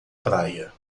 praia